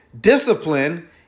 Discipline